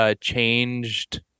changed